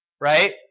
right